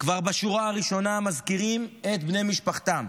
כבר בשורה הראשונה מזכירים את בני משפחתם